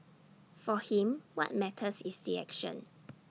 for him what matters is the action